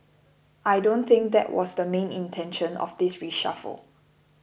I don't think that was the main intention of this reshuffle